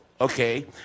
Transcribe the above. okay